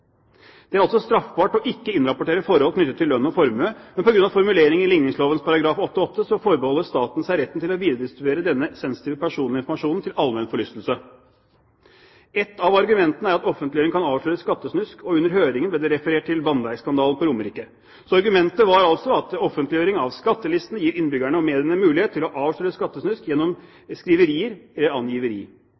Det er altså straffbart å ikke innrapportere forhold knyttet til lønn og formue, men på grunn av formuleringer i ligningsloven § 8-8 forbeholder staten seg retten til å videredistribuere denne sensitive personlige informasjonen til allmenn forlystelse. Ett av argumentene er at offentliggjøring kan avsløre skattesnusk, og under høringen ble det referert til vannverksskandalen på Romerike. Så argumentet var altså at offentliggjøring av skattelistene gir innbyggerne og mediene mulighet til å avsløre skattesnusk gjennom skriverier – angiveri.